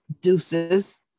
deuces